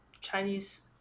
Chinese